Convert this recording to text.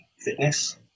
fitness